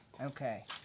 Okay